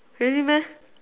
really meh